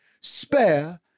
spare